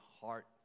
heart